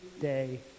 day